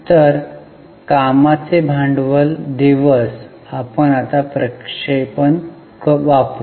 तर कामाचे भांडवल दिवस आपण आता प्रक्षेपण वापरू